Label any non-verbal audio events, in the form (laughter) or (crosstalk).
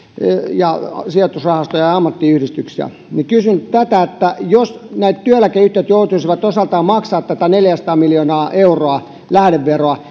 ja sijoitusrahastoja ja ja ammattiyhdistyksiä kysyn jos nämä työeläkeyhtiöt joutuisivat osaltaan maksamaan tätä neljääsataa miljoonaa euroa lähdeverona (unintelligible)